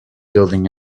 building